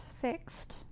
fixed